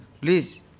please